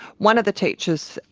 one of the teachers,